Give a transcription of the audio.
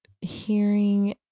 hearing